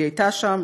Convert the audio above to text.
היא הייתה שם,